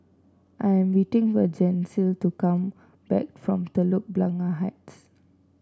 I'm waiting for Gisele to come back from Telok Blangah Heights